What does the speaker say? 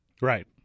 Right